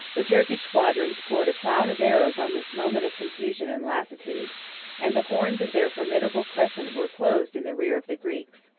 the turkish squadrons poured a cloud of arrows on this moment of confusion and lassitude and the horns of their formidable crescent were closed in the rear of the greeks.